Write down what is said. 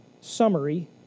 summary